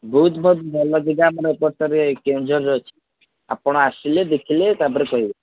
ବହୁତ ବହୁତ ଭଲ ଜାଗା ଆମର ଏପଟରେ କେଉଁଝର ଅଛି ଆପଣ ଆସିଲେ ଦେଖିଲେ ତା'ପରେ କହିବେ